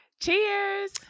Cheers